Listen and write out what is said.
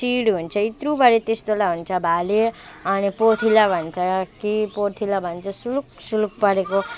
शिर हुन्छ यत्रुबडे त्यस्तोलाई भन्छ भाले अनि पोथीलाई भन्छ कि पोथीलाई भन्छ सुलुक सुलुक परेको